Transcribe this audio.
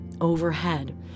overhead